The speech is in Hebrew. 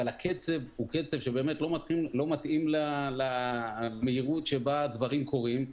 אבל הקצב הוא קצב שבאמת לא מתאים למהירות שבה הדברים קורים,